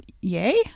Yay